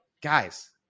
guys